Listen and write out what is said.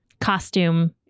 costume